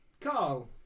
Carl